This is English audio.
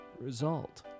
result